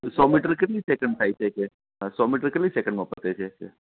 સો મીટરે કેટલી સેકંડ છે એટલે સો મીટર કેટલી સેકંડમાં પતે છે એટલે